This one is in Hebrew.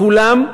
כולם,